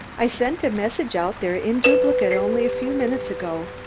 i sent a message out there in duplicate only a few minutes ago.